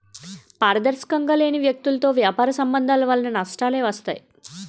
పారదర్శకంగా లేని వ్యక్తులతో వ్యాపార సంబంధాల వలన నష్టాలే వస్తాయి